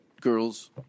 girls